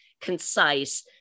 concise